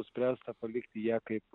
nuspręsta palikti ją kaip